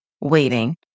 waiting